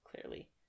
clearly